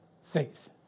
faith